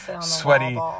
sweaty